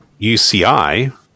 UCI